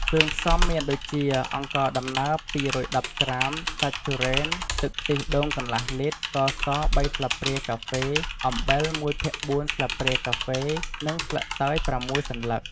គ្រឿងផ្សំមានដូចជា អង្ករដំណើប ២១០ក្រាម សាច់ទុរេន ទឹកខ្ទិះដូងកន្លះលីត្រ ស្ករស ៣ស្លាបព្រាកាហ្វេ អំបិល ១ភាគ៤ស្លាបព្រាកាហ្វេ និងស្លឹកតើយ ៦សន្លឹក។